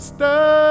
Stay